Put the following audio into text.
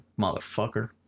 Motherfucker